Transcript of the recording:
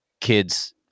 kids